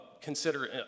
consider